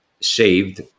saved